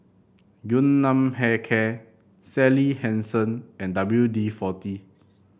Yun Nam Hair Care Sally Hansen and W D forty